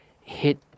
hit